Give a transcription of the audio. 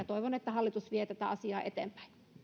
toivon että hallitus vie tätä asiaa eteenpäin